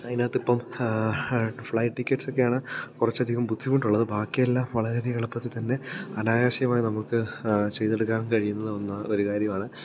അതിനകത്ത് ഇപ്പം flight tickets ഒക്കെയാണ് കുറച്ചധികം ബുദ്ധിമുട്ടുള്ളത് ബാക്കിയെല്ലാം വളരെയധികം എളുപ്പത്തിൽത്തന്നെ അനായാസമായി നമുക്ക് ചെയ്തെടുക്കാൻ കഴിയുന്ന ഒരു കാര്യമാണ്